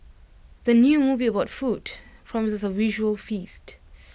the new movie about food promises A visual feast